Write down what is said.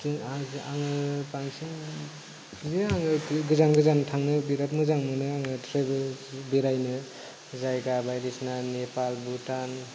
आङो बंसिन बिदिनो आङो गोजान गोजान थांनो मोजां मोनो आङो बेरायनो जायबा बायदिसिना नेपाल भुटान